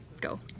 Go